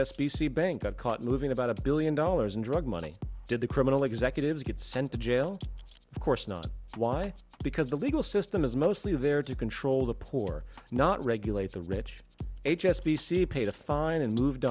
c bank of caught moving about a billion dollars in drug money did the criminal executives get sent to jail of course not why because the legal system is mostly there to control the poor not regulate the rich h s b c paid a fine and moved